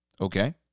Okay